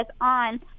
on